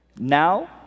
Now